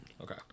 Okay